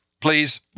please